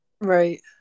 Right